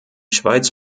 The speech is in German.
schweiz